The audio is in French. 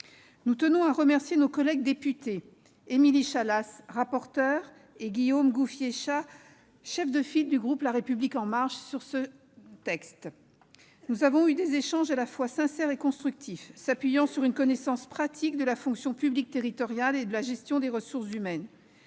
Nous tenons à remercier nos collègues députés Émilie Chalas, rapporteure, et Guillaume Gouffier Cha, chef de file du groupe La République En Marche sur ce texte. Nous avons eu des échanges à la fois sincères et constructifs, qui se sont appuyés sur une connaissance pratique de la fonction publique territoriale et de la gestion des ressources humaines.